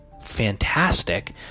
fantastic